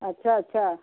अच्छा अच्छा